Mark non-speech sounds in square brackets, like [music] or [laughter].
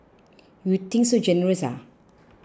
you think so generous [hesitation]